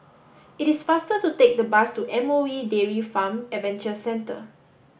it is faster to take the bus to M O E Dairy Farm Adventure Centre